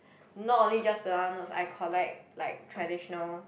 not only just banana notes I collect like traditional